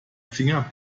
finger